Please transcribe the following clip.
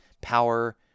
power